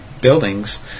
buildings